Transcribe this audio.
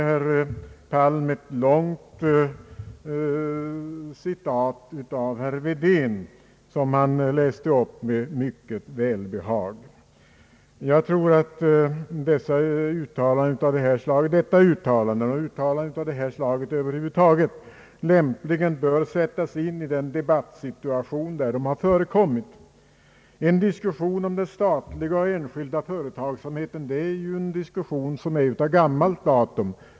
Herr Palm gjorde ett långt citat av herr Wedén, vilket han läste upp med mycket välbehag. Jag tror att detta uttalande — och uttalanden av detta slag över huvud taget — lämpligen bör sättas in i den debattsituation där de förekommit. Diskussionen om den statliga och enskilda företagsamheten är av gammalt datum.